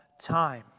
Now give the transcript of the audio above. time